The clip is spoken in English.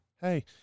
Hey